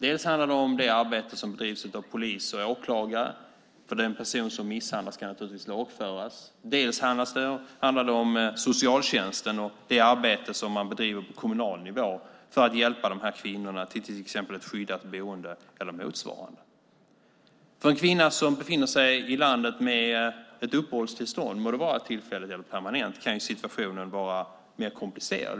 Det handlar dels om det arbete som bedrivs av polis och åklagare - den person som misshandlar ska naturligtvis lagföras - dels om socialtjänsten och det arbete som man bedriver på kommunal nivå för att till exempel hjälpa de här kvinnorna till ett skyddat boende eller motsvarande. För en kvinna som befinner sig i landet med ett uppehållstillstånd, det må vara tillfälligt eller permanent, kan situationen vara mer komplicerad.